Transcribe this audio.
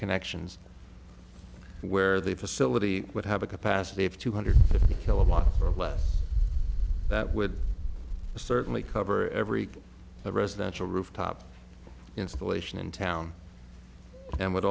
interconnections where the facility would have a capacity of two hundred fifty kilowatt less that would certainly cover every residential rooftop installation in town and would